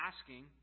asking